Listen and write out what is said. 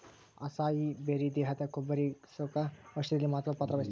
acai berry ದೇಹದ ಕೊಬ್ಬುಕರಗ್ಸೋ ಔಷಧಿಯಲ್ಲಿ ಮಹತ್ವದ ಪಾತ್ರ ವಹಿಸ್ತಾದ